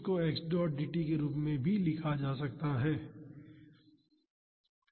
तो dx को x dot dt के रूप में लिखा जा सकता है